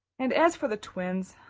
and as for the twins,